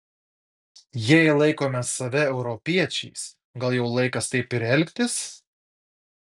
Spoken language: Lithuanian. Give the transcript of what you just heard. jei laikome save europiečiais gal jau laikas taip ir elgtis